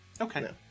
Okay